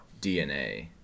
dna